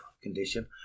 condition